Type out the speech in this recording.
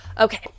Okay